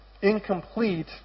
incomplete